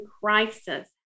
crisis